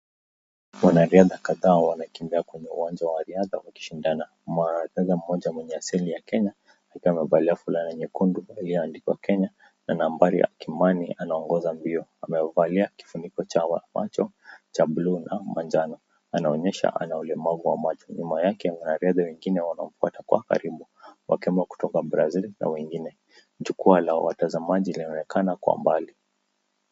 Wanariadha kadhaa wanakimbia kwenye uwanja wa riadha wakishindana. Mwanariadha mmoja mwenye asili ya Kenya akiwa amevaa fulana nyekundu iliyoandikwa Kenya na nambari ya kimani anaongoza mbio. Amevalia kifuniko cha macho cha blue na manjano. Anaonyesha ana ulemavu wa macho. Nyuma yake wanariadha wengine wanamfuata kwa karibu. Wakiamua kutoka Brazil na wengine. Mchukua la watazamaji linaonekana kwa mbali.